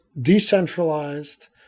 decentralized